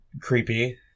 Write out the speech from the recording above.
creepy